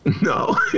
No